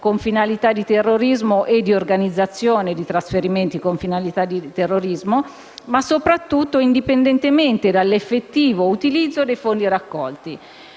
con finalità di terrorismo e di organizzazione di trasferimenti con le medesime finalità e, soprattutto, indipendentemente dall'effettivo utilizzo dei fondi raccolti.